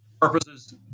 purposes